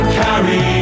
carry